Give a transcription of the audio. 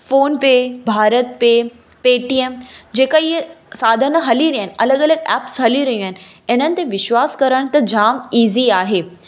phone पे BharatPe Paytm जेका इहा साधन हली रहिया आहिनि अॼु कल्ह ऐप्स हली रही आहिनि इन्हनि ते विश्वास करण त जाम ईज़ी आहे